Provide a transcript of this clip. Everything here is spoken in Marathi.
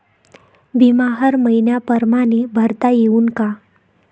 बिमा हर मइन्या परमाने भरता येऊन का?